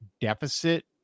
deficit